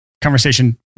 conversation